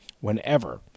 whenever